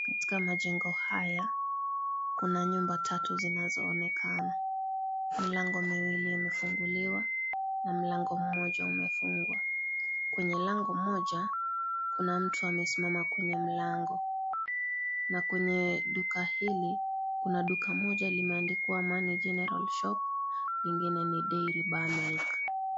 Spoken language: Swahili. Katika majengo haya, kuna nyumba tatu zinazoonekana. Milango miwili imefunguliwa na mlango mmoja umefungwa. Kwenye lango moja, kuna mtu amesimama kwenye mlango na kwenye Duka hili kuna Duka moja limeandikwa " Amani General shop " ingine ni " Dairy Bar milk ".